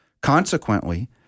Consequently